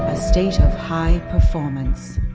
ah state of high performance.